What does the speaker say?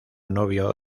novio